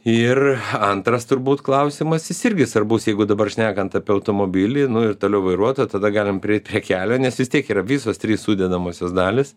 ir antras turbūt klausimas jis irgi svarbus jeigu dabar šnekant apie automobilį nu ir toliau vairuotoją tada galim prieiti prie kelio nes vis tiek yra visos trys sudedamosios dalys